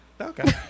Okay